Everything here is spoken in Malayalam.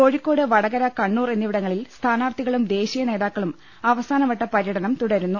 കോഴി ക്കോട് വടകര കണ്ണൂർ എന്നിവിടങ്ങളിൽ സ്ഥാനാർത്ഥി കളും ദേശീയ നേതാക്കളും അവസാനവട്ട പര്യടനം തുട രുന്നു